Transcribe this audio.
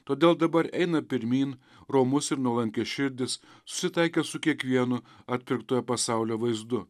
todėl dabar eina pirmyn romus ir nuolankiaširdis susitaikęs su kiekvienu atpirktojo pasaulio vaizdu